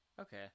Okay